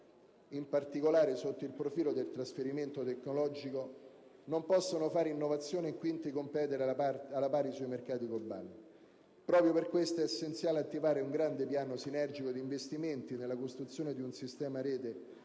in particolare sotto il profilo dei trasferimento tecnologico, non possono fare innovazione e quindi competere alla pari sui mercati globali. Proprio per questo è essenziale attivare un grande piano sinergico di investimenti nella costruzione di un sistema a rete